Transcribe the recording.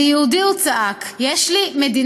אני יהודי, הוא צעק, יש לי מדינה".